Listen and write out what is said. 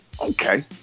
Okay